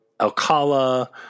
Alcala